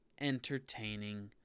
entertaining